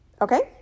okay